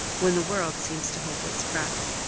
when the world seems to hold its breath.